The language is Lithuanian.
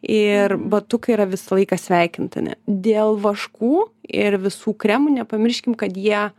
ir batukai yra visą laiką sveikintini dėl vaškų ir visų kremų nepamirškim kad jie